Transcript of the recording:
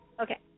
okay